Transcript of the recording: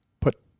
put